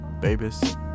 babies